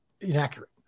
inaccurate